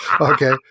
okay